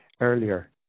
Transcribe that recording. earlier